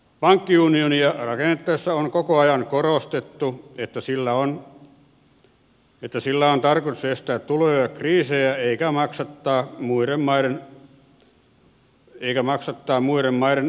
pankkiunionia rakennettaessa on koko ajan korostettu että sillä on tarkoitus estää tulevia kriisejä eikä maksattaa muiden maiden veronmaksajilla